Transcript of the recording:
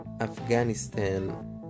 Afghanistan